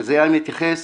שזה מתייחס